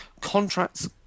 Contracts